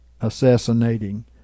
assassinating